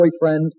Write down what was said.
boyfriend